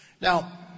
Now